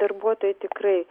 darbuotojai tikrai